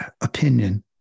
opinion